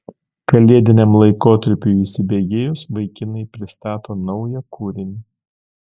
kalėdiniam laikotarpiui įsibėgėjus vaikinai pristato naują kūrinį